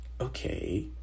Okay